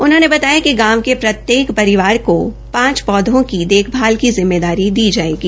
उन्होंने बताया कि गांव के प्रत्येक परिवार को पांच पौधों की देखभाल की जिम्मेदारी दी जायेगी